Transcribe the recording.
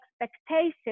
expectations